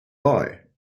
boy